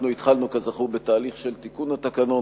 אנחנו התחלנו כזכור בתהליך של תיקון התקנון,